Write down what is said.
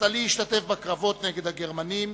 נפתלי השתתף בקרבות נגד הגרמנים